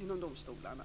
inom domstolarna.